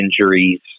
injuries